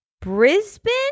Brisbane